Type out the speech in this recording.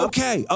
Okay